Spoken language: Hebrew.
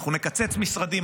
אנחנו נקצץ משרדים,